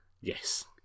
Yes